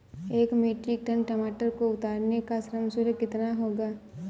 एक metric ton टमाटर को उतारने का श्रम शुल्क कितना होगा?